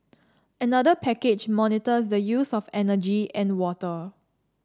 another package monitors the use of energy and water